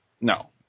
no